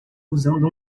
usando